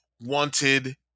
wanted